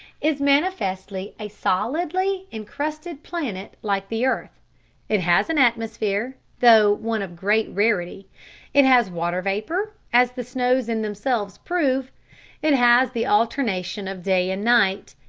is manifestly a solidly incrusted planet like the earth it has an atmosphere, though one of great rarity it has water vapor, as the snows in themselves prove it has the alternation of day and night,